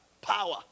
Power